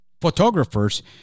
photographers